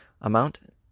amount